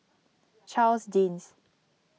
Charles Dyce